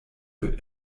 für